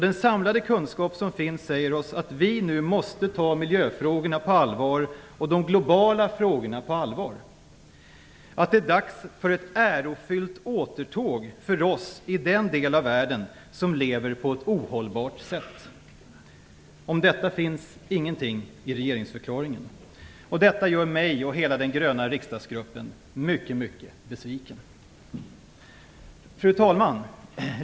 Den samlade kunskap som finns säger oss att vi nu måste ta miljöfrågorna och de globala frågorna på allvar, att det är dags för ett ärofyllt återtåg för oss i den del av världen som lever på ett ohållbart sätt. Om detta finns ingenting i regeringsförklaringen. Det gör mig och hela den gröna riksdagsgruppen mycket, mycket besviken. Fru talman!